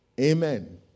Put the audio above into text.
Amen